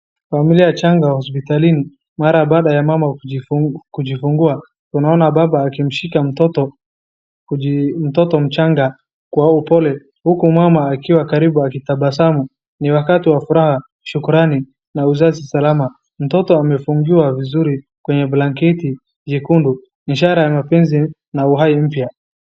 Familia changa hospitalini mara baada ya mama kujifungua. Tunaona baba akimshika mtoto mchanga kwa upole huku mama akiwa karibu akitabasamu. Ni wakati wa furaha, shukrani na uzazi salam. Mtoto amefungiwa vizuri kwenye blanketi jekundu, ishara ya mapenzi na uhai mpya.